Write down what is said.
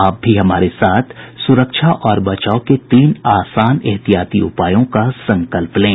आप भी हमारे साथ सुरक्षा और बचाव के तीन आसान एहतियाती उपायों का संकल्प लें